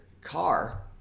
car